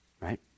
right